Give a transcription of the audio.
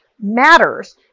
matters